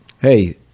Hey